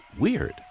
weird